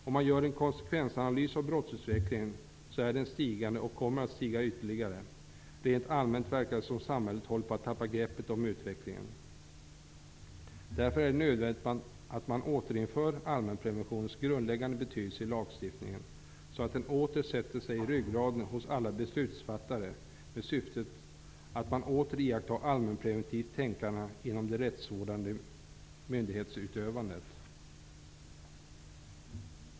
Om man gör en konsekvensanalys av brottsutvecklingen, är denna stigande och kommer att stiga ytterligare. Rent allmänt verkar det som att samhället håller på att tappa greppet om utvecklingen. Därför är det nödvändigt att man återinför allmänpreventionens grundläggande betydelse i lagstiftningen så, att den åter sätter sig i ryggraden hos alla beslutsfattare med syftet att man skall iaktta ett allmänpreventivt tänkande inom det rättsvårdande myndighetsutövandet.